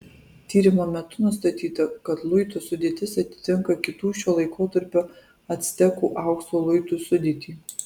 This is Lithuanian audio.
tyrimo metu nustatyta kad luito sudėtis atitinka kitų šio laikotarpio actekų aukso luitų sudėtį